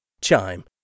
Chime